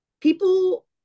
people